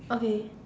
okay